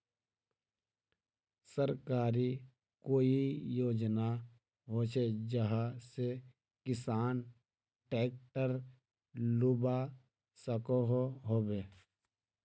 सरकारी कोई योजना होचे जहा से किसान ट्रैक्टर लुबा सकोहो होबे?